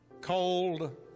cold